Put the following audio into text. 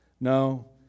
No